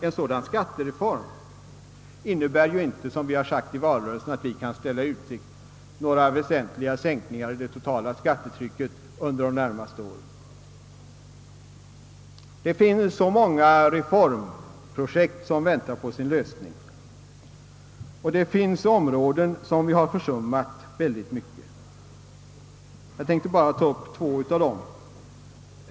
En sådan skattereform innebär inte — något som vi också sagt i valrörelsen — att vi kan ställa i utsikt några väsentliga skattesänkningar i fråga om det totala skattetrycket under de närmaste åren. Det finns så många reformprojekt som väntar på sin lösning, och det finns områden som vi har försummat mycket. Jag tänkte bara ta upp två av dem.